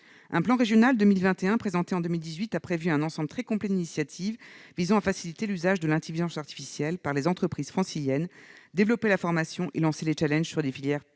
Le plan régional IA 2021, présenté en 2018, contient un ensemble très complet d'initiatives visant à faciliter l'usage de l'intelligence artificielle par les entreprises franciliennes, à développer la formation et à lancer des challenges pour des filières prioritaires.